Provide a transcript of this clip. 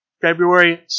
February